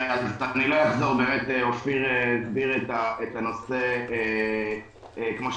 לא אחזור - אופיר הסביר את הנושא כמו שצריך.